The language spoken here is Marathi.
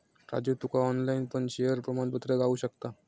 राजू तुका ऑनलाईन पण शेयर प्रमाणपत्र गावु शकता